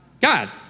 God